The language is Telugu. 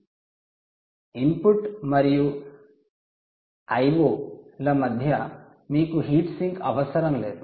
IP మరియు IO ల మధ్య మీకు హీట్ సింక్ అవసరం లేదు